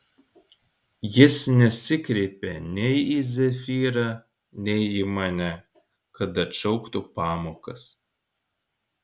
jis nesikreipė nei į zefyrą nei į mane kad atšauktų pamokas